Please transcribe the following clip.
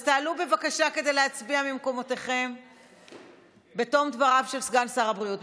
אז תעלו בבקשה כדי להצביע ממקומותיכם בתום דבריו של סגן שר הבריאות.